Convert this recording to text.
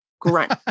grunt